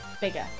bigger